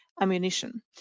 ammunition